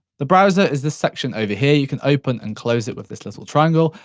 the browser is this section over here. you can open and close it with this little triangle.